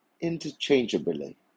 interchangeably